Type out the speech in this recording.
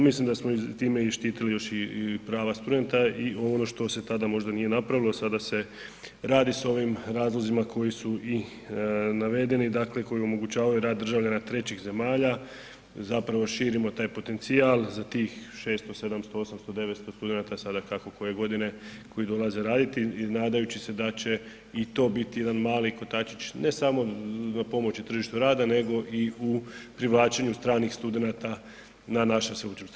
Mislim da smo time i štitili još i prava studenta i ono što se tada možda nije napravilo, sada se radi s ovim razlozima koji su i navedeni, dakle koji omogućavaju rad državljana trećih zemalja, zapravo širimo taj potencijal za 600, 700, 800, 900 studenata, sada kako koje godine koji dolaze raditi nadajući se da će i to biti jedan mali kotačić, ne samo za pomoći tržištu rada nego i u privlačenju stranih studenata na naša sveučilišta.